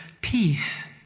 Peace